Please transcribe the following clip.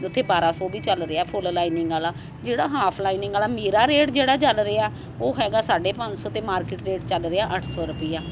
ਉੱਥੇ ਬਾਰ੍ਹਾਂ ਸੌ ਵੀ ਚੱਲ ਰਿਹਾ ਫੁੱਲ ਲਾਈਨਿੰਗ ਵਾਲਾ ਜਿਹੜਾ ਹਾਫ ਲਾਈਨਿੰਗ ਵਾਲਾ ਮੇਰਾ ਰੇਟ ਜਿਹੜਾ ਚੱਲ ਰਿਹਾ ਉਹ ਹੈਗਾ ਸਾਢੇ ਪੰਜ ਸੌ ਅਤੇ ਮਾਰਕੀਟ ਰੇਟ ਚੱਲ ਰਿਹਾ ਅੱਠ ਸੌ ਰੁਪਈਆ